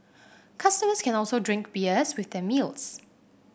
customers can also drink beers with the meals